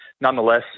nonetheless